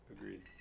Agreed